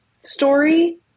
story